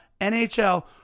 NHL